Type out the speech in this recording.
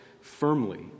firmly